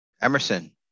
Emerson